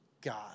God